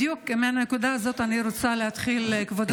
בדיוק מהנקודה הזאת אני רוצה להתחיל, כבודו.